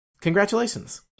Congratulations